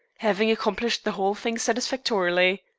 having accomplished the whole thing satisfactorily.